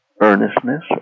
earnestness